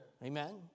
amen